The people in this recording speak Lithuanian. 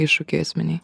iššūkiai esminiai